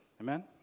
Amen